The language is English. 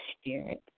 Spirit